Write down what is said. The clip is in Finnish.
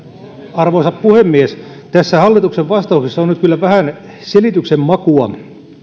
arvoisa puhemies hallituksen vastauksessa on nyt kyllä vähän selityksen makua